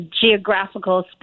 geographical